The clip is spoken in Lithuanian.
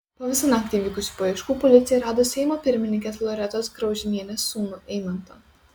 po visą naktį vykusių paieškų policija rado seimo pirmininkės loretos graužinienės sūnų eimantą